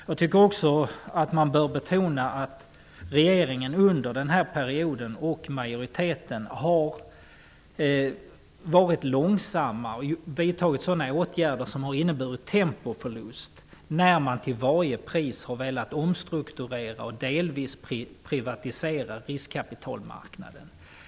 Jag tycker också att man bör betona att regeringen och majoriteten har varit långsamma och vidtagit sådana åtgärder som har inneburit en tempoförlust. Man har till varje pris velat omstrukturera och delvis privatisera riskkapitalmarknaden.